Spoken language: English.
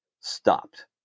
stopped